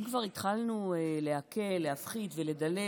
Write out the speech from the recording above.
אם כבר התחלנו להקל, להפחית ולדלל